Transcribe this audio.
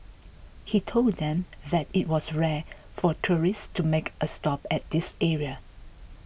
he told them that it was rare for tourists to make a stop at this area